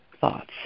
thoughts